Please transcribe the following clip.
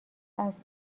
اسب